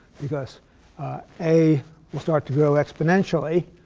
because a will start to grow exponentially.